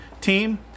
team